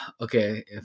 Okay